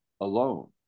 alone